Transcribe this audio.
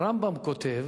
הרמב"ם כותב: